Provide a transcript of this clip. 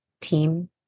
team